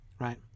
right